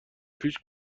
پیش